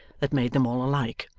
that made them all alike.